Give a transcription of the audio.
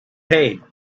paid